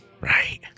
Right